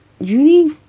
Uni